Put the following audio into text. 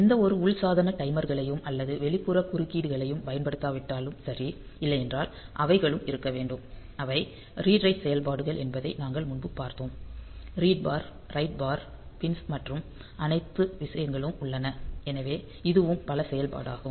எந்தவொரு உள் சாதன டைமர்களையும் அல்லது வெளிப்புற குறுக்கீடுகளையும் பயன்படுத்தாவிட்டால் சரி இல்லையெனில் அவைகளும் இருக்க வேண்டும் அவை ரீட் ரைட் செயல்பாடுகள் என்பதை நாங்கள் முன்பு பார்த்தோம் read bar write bar pins மற்றும் அனைத்தும் விஷயங்களும் உள்ளன எனவே இதுவும் பல செயல்பாடாகும்